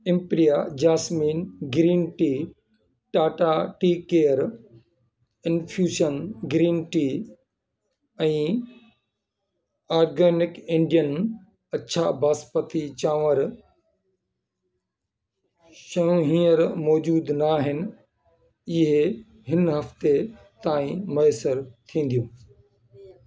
इम्प्रिया jasmine green tea Tata tea care infusion green tea ऐं organic Indian अछा बासमती चांवर शयूं हीअंर मौज़ूदु न आहिनि इहे हिन हफ़्ते ताईं मयसरु थींदियूं